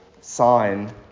sign